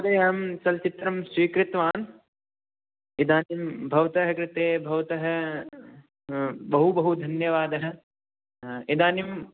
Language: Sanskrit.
महोदय अहं चलचित्रं स्वीकृतवान् इदानीं भवतः कृते भवतः बहु बहुधन्यवादः इदानीं